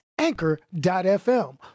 Anchor.fm